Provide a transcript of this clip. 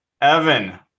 Evan